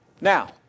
Now